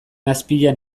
azpian